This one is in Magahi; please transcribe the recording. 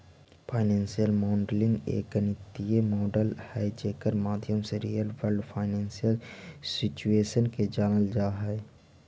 फाइनेंशियल मॉडलिंग एक गणितीय मॉडल हई जेकर माध्यम से रियल वर्ल्ड फाइनेंशियल सिचुएशन के जानल जा हई